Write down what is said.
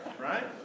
Right